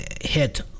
hit